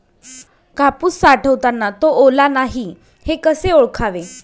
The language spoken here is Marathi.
कापूस साठवताना तो ओला नाही हे कसे ओळखावे?